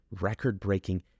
record-breaking